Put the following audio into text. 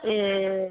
ए